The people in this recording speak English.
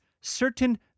certain